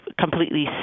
completely